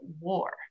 war